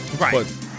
Right